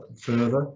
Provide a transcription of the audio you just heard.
further